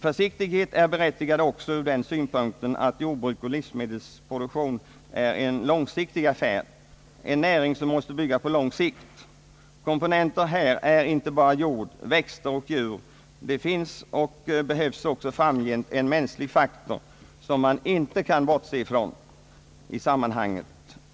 Försiktighet är berättigad också ur den synpunkten att jordbruksoch livsmedelsproduktion är en långsiktig affär — en näring som måste bygga på lång sikt. Komponenter här är inte bara jord, växter och djur. Det finns och behövs också framgent en mänsklig faktor, som man inte kan bortse från 1 sammanhanget.